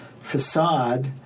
facade